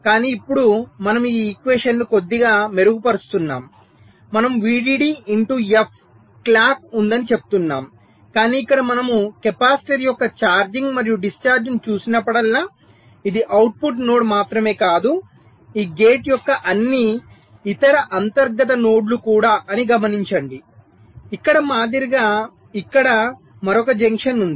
కానీ ఇప్పుడు మనము ఈ ఈక్వెషన్ ను కొద్దిగా మెరుగుపరుస్తున్నాము మనము VDD ఇంటూ f క్లాక్ ఉందని చెప్తున్నాము కానీ ఇక్కడ మనము కెపాసిటర్ యొక్క ఛార్జింగ్ మరియు డిశ్చార్జ్ను చూసినప్పుడల్లా ఇది అవుట్పుట్ నోడ్ మాత్రమే కాదు ఈ గేట్ యొక్క అన్ని ఇతర అంతర్గత నోడ్లు కూడా అని గమనించండి ఇక్కడ మాదిరిగా ఇక్కడ మరొక జంక్షన్ ఉంది